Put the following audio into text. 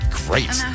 great